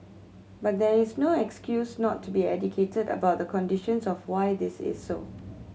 but that is no excuse not to be educated about the conditions of why this is so